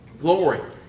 glory